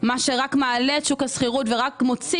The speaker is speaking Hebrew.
מה שרק מעלה את שוק השכירות ורק מוציא